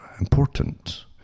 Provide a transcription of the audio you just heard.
Important